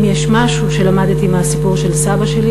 אם יש משהו שלמדתי מהסיפור של סבא שלי,